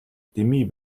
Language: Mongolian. дэмий